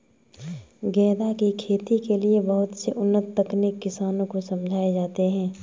गेंदा की खेती के लिए बहुत से उन्नत तकनीक किसानों को समझाए जाते हैं